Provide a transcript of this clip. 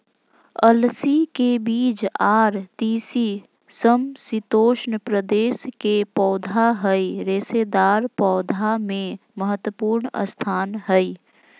अलसी के बीज आर तीसी समशितोष्ण प्रदेश के पौधा हई रेशेदार पौधा मे महत्वपूर्ण स्थान हई